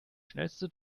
schnellste